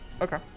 Okay